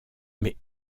mais